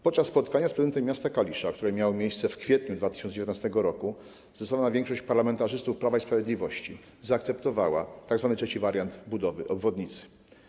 Podczas spotkania z prezydentem miasta Kalisza, które miało miejsce w kwietniu 2019 r., zdecydowana większość parlamentarzystów Prawa i Sprawiedliwości zaakceptowała tzw. trzeci wariant budowy obwodnicy.